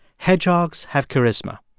hedgehogs have charisma.